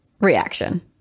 reaction